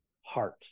heart